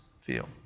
feel